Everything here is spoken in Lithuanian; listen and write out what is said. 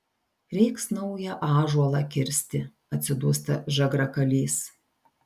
reiks naują ąžuolą kirsti atsidūsta žagrakalys